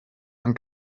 man